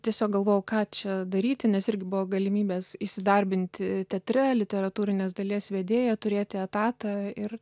tiesiog galvojau ką čia daryti nes irgi buvo galimybės įsidarbinti teatre literatūrinės dalies vedėja turėti etatą ir